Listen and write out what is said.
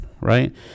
Right